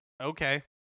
okay